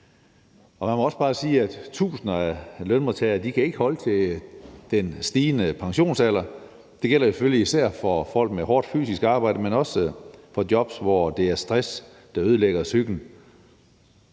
Man må også bare sige, at tusinder af lønmodtagere ikke kan holde til den stigende pensionsalder. Det gælder selvfølgelig især for folk med hårdt fysisk arbejde, men også for folk med jobs, hvor det er stress, der ødelægger psyken.